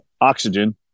oxygen